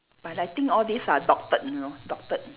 but I think all this are doctored you know doctored